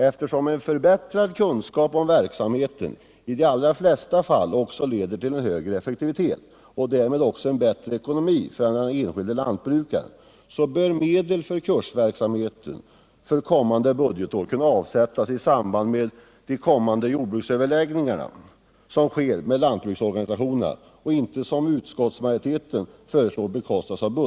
Eftersom förbättrade kunskaper i de allra flesta fall också leder till högre effektivitet och därmed en bättre ekonomi för den enskilde lantbrukaren, bör medel för kursverksamheten för kommande budgetår kunna avsättas i samband med de överläggningar som sker med jordbrukets organisationer.